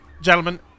gentlemen